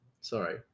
sorry